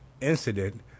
incident